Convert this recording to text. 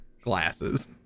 Glasses